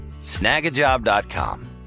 snagajob.com